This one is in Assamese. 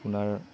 আপোনাৰ